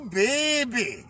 baby